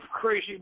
crazy